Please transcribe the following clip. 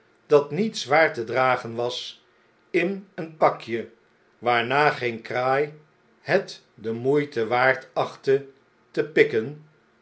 dat niet zwaar te dragen was in een pakje waarnaar geen kraai het de moeite waard achttetepikken op